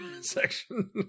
section